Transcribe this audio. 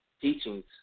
Teachings